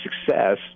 success